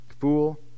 Fool